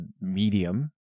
medium